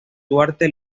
duarte